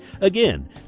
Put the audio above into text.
Again